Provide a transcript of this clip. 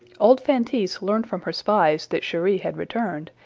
old feintise learned from her spies that cheri had returned,